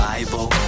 Bible